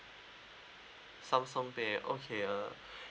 Samsung pay okay uh